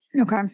Okay